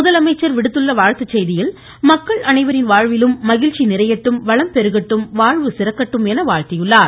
முதலமைச்சர் விடுத்துள்ள வாழ்த்துச் செய்தியில் மக்கள் அனைவரின் வாழ்விலும் மகிழ்ச்சி நிறையட்டும் வளம் பெருகட்டும் வாழ்வு சிறக்கட்டும் என வாழ்த்தியுள்ளார்